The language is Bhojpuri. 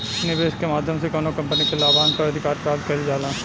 निवेस के माध्यम से कौनो कंपनी के लाभांस पर अधिकार प्राप्त कईल जाला